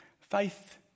Faith